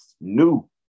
new